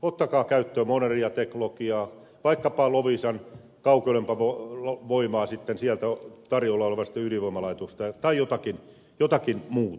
ottakaa käyttöön modernia teknologiaa vaikkapa sitten loviisan kaukolämpövoimaa sieltä tarjolla olevasta ydinvoimalaitoksesta tai jotakin muuta